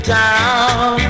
town